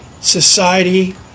society